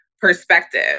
perspective